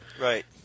Right